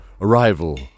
arrival